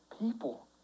people